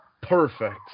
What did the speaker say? perfect